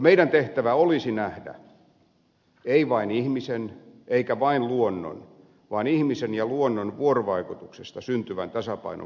meidän tehtävämme olisi nähdä ei vain ihmisen tai vain luonnon tasapainon vaan ihmisen ja luonnon vuorovaikutuksesta syntyvän tasapainon välttämättömyys